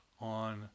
on